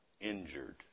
injured